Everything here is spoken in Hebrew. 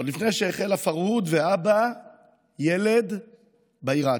עוד לפני שהחל הפרהוד ואבא ילד בעיר העתיקה.